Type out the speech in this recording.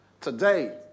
today